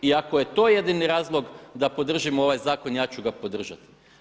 I ako je to jedini razlog da podržim ovaj zakon ja ću ga podržati.